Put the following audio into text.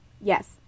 Yes